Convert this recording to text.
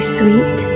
sweet